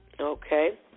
Okay